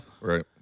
Right